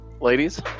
Ladies